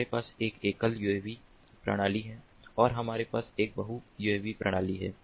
हमारे पास एक एकल यूएवी प्रणाली है और हमारे पास एक बहु यूएवी प्रणाली है